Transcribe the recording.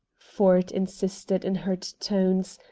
ford insisted in hurt tones,